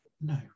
No